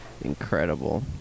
Incredible